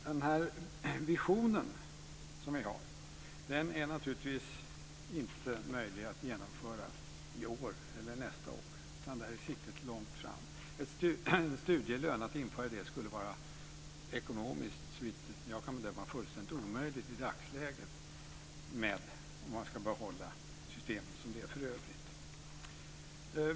Den här visionen vi har är naturligtvis inte möjlig att genomföra i år eller nästa år. Där är siktet långt fram. Att införa studielön i dagsläget skulle såvitt jag kan bedöma vara ekonomiskt fullständigt omöjligt, om man ska behålla systemet som det är för övrigt.